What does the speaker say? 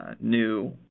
new